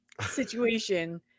situation